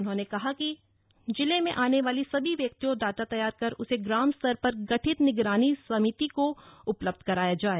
उन्होंने कहा कि जिले में आने वाले सभी व्यक्तियों डाटा तैयार कर उसे ग्राम स्तर पर गठित निगरानी समिति को उपलब्ध कराया जाये